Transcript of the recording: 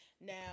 Now